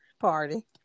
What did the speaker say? party